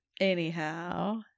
Anyhow